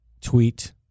tweet